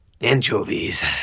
anchovies